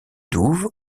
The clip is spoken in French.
douves